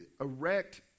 erect